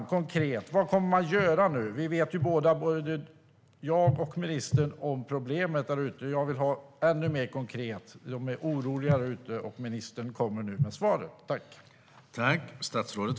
Jag undrar vad man kommer att göra nu. Både jag och ministern vet om att problemet finns, och jag vill ha ännu mer konkreta besked. De är oroliga där ute, och ministern kommer nu med svaret.